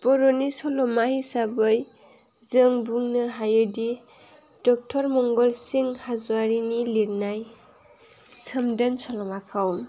बर'नि सल'मा हिसाबै जों बुंनो हायो दि डक्ट'र मंगलसिं हाज'वारिनि लिरनाय सोमदोन सल'माखौ